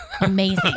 amazing